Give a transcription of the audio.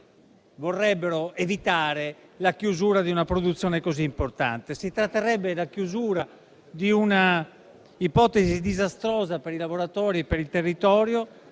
vorrebbero evitare la chiusura di una produzione così importante. Quella della chiusura sarebbe una ipotesi disastrosa per i lavoratori e per il territorio